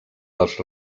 dels